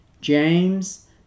James